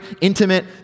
intimate